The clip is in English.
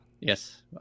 Yes